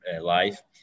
life